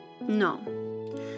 No